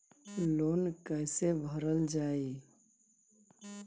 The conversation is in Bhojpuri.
लोन कैसे भरल जाइ?